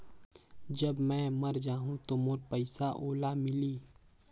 जब मै मर जाहूं तो मोर पइसा ओला मिली?